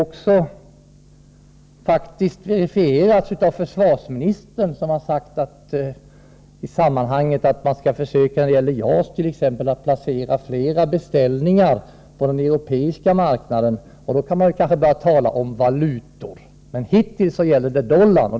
Detta har faktiskt också verifierats av försvarsministern, som i det sammanhanget har sagt att man t.ex. när det gäller JAS skall försöka placera flera beställningar på den europeiska marknaden. Då kan man kanske börja tala om ”valutor”, men hittills är det fråga om dollar.